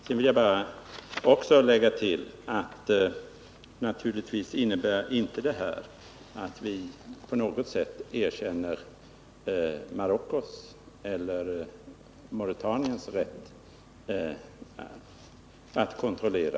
Jag vill för tydlighetens skull tillägga, att detta naturligtvis inte innebär att - Nr 49 vi på något sätt erkänner Marockos eller Mauretaniens rätt att kontrollera